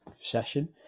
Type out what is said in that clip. session